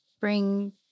bring